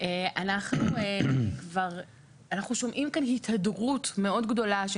אנחנו שומעים כאן התהדרות מאוד גדולה של